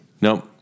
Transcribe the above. Nope